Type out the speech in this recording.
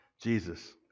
Jesus